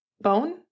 bone